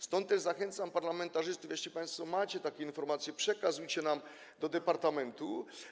Stąd też zachęcam parlamentarzystów: jeśli państwo macie takie informacje, przekazujcie nam je do departamentu.